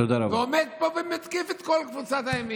והוא עומד פה ומתקיף את כל קבוצת הימין.